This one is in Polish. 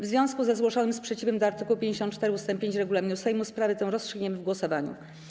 W związku ze zgłoszonym sprzeciwem do art. 54 ust. 5 regulaminu Sejmu sprawę tę rozstrzygniemy w głosowaniu.